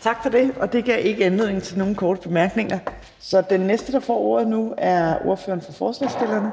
Kl. 10:51 Fjerde næstformand (Trine Torp): Tak for det. Og det gav ikke anledning til nogen korte bemærkninger, så den næste, der får ordet nu, er ordføreren for forslagsstillerne.